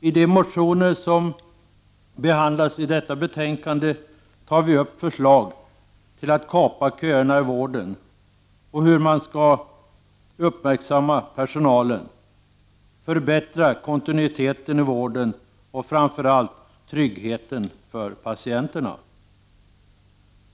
I de motioner som behandlas i detta betänkande finns förslag till hur köerna i vården kan kapas, hur man skall uppmärksamma personalen och hur man kan förbättra kontinuiteten i vården och framför allt tryggheten för patienterna.